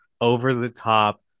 over-the-top